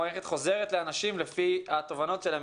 המערכת חוזרת לאנשים לפי התובנות שלהם,